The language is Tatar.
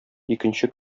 икенче